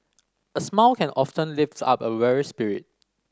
a smile can often lift up a weary spirit